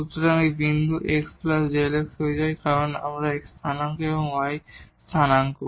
সুতরাং এই বিন্দু x Δx হয়ে যায় কারণ এই x স্থানাঙ্ক এবং y স্থানাঙ্ক